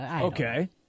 Okay